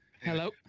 Hello